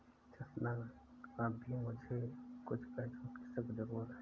चंदन अभी मुझे कुछ पैसों की सख्त जरूरत है